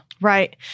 Right